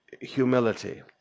humility